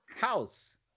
House